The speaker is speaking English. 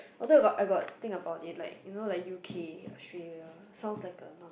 although I got I got think about it you know like U_K Australia sounds like